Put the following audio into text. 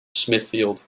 smithfield